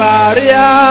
Maria